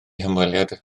hymweliad